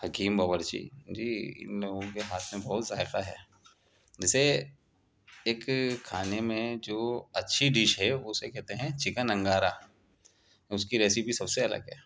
حکیم باورچی جی ان کوگوں کے ہاتھ میں بہت ذائقہ ہے جیسے ایک کھانے میں جو اچھی ڈش ہے اسے کہتے ہیں چکن انگارہ اس کی ریسیپی سب سے الگ ہے